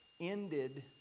ended